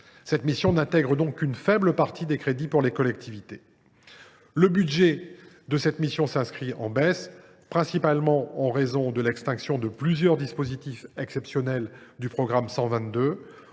Cette mission n’intègre donc qu’une faible partie des crédits pour les collectivités locales. Le budget de cette mission s’inscrit en baisse, principalement en raison de l’extinction de plusieurs dispositifs exceptionnels du programme 122.